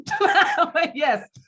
yes